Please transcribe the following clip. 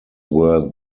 were